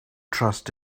trust